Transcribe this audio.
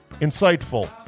insightful